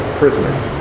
prisoners